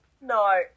no